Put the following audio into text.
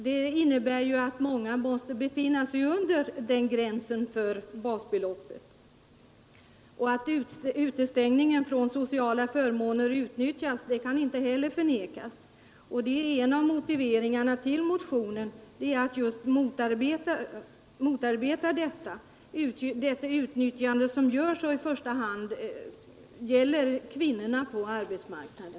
Det innebär att många måste befinna sig under basbeloppsgränsen. Att utestängning från sociala förmåner förekommer kan inte heller förnekas. Ett av syftena med motionen är just att hindra detta utnyttjande, som i första hand riktar sig mot kvinnorna på arbetsmarknaden.